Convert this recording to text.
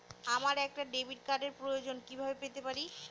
আমার একটা ডেবিট কার্ডের প্রয়োজন কিভাবে পেতে পারি?